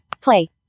Play